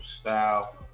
style